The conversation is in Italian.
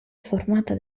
formata